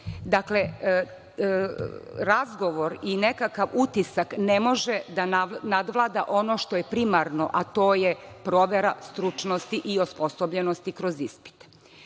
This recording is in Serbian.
boda. Dakle, razgovor i nekakav utisak ne može da nadvlada ono što je primarno, a to je provera stručnosti i osposobljenosti kroz ispit.